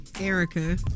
Erica